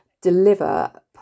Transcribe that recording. deliver